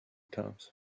terms